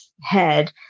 head